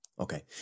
okay